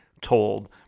told